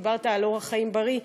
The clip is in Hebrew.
על אורח חיים בריא,